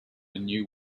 new